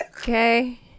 Okay